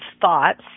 thoughts